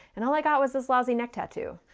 and all i got was this lousy neck tattoo.